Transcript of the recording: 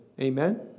Amen